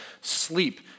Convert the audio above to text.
sleep